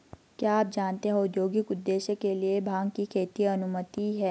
क्या आप जानते है औद्योगिक उद्देश्य के लिए भांग की खेती की अनुमति है?